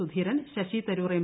Sudheeran Shashi Tharoor M